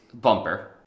Bumper